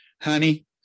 honey